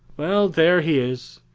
well, there he is.